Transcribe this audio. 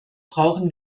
brauchen